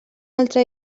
altre